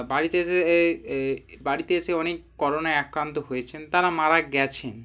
বাড়িতে এসে এই এই বাড়িতে এসে অনেক করোনায় অ্যাক্রান্ত হয়েছেন তারা মারা গেছেন